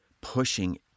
pushing